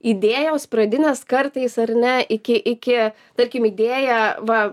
idėjos pradinės kartais ar ne iki iki tarkim idėja va